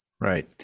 right